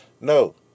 no